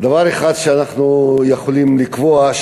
דבר אחד שאנחנו יכולים לקבוע,